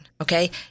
okay